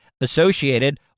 associated